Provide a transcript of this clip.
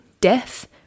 death